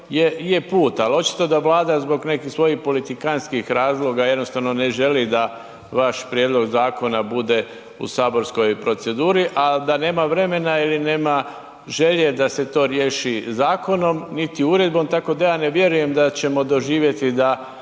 je put ali očito da Vlada zbog nekih svojih politikantskih razloga jednostavno ne želi da vaš prijedlog zakona bude u saborskoj proceduri a da nema vremena ili nema želje da se to riješi zakonom niti uredbom, tako da ja ne vjerujem da ćemo doživjeti da